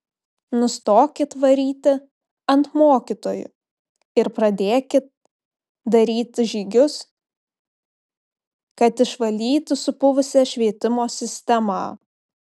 nustokit varyti ant mokytojų ir pradėkit daryti žygius kad išvalyti supuvusią švietimo sistemą